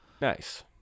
Nice